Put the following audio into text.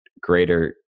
greater